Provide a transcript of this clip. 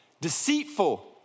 deceitful